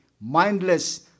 mindless